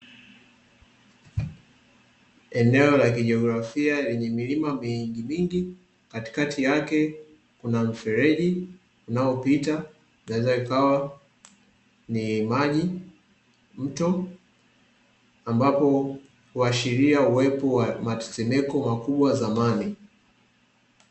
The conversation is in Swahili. Eneo la kijiographia lenye milima mingi mingi katikati yake kuna mfereji unaopita inaweza ikawa ni maji, mto ambapo huashiria uwepo wa matetemeko makubwa zamani.